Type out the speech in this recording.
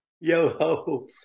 Yoho